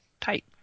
tight